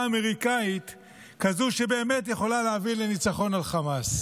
האמריקאית כזו שבאמת יכולה להביא לניצחון על חמאס.